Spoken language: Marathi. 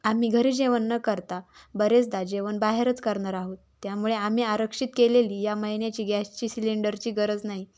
आम्ही घरी जेवण न करता बरेचदा जेवण बाहेरच करणर आहोत त्यामुळे आम्ही आरक्षित केलेली या महिन्याची गॅसची सिलेंडरची गरज नाही